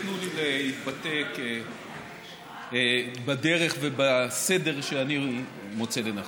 תנו לי להתבטא בדרך ובסדר שאני מוצא לנכון.